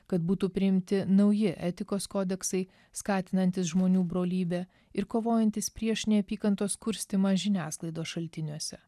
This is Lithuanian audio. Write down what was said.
kad būtų priimti nauji etikos kodeksai skatinantys žmonių brolybę ir kovojantys prieš neapykantos kurstymą žiniasklaidos šaltiniuose